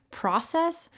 process